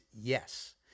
yes